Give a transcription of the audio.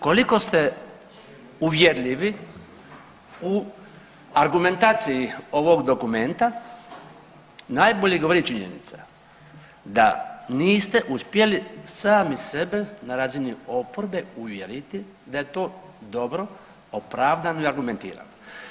Koliko ste uvjerljivi u argumentaciji ovog dokumenta najbolje govori činjenica da niste uspjeli sami sebe na razini oporbe uvjeriti da je to dobro, opravdano i argumentirano.